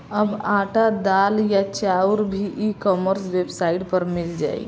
अब आटा, दाल या चाउर भी ई कॉमर्स वेबसाइट पर मिल जाइ